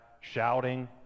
shouting